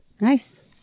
Nice